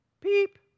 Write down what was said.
Peep